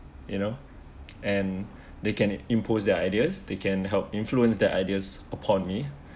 you know and they can impose their ideas they can help influence that ideas upon me